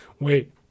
wait